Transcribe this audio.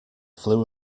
flew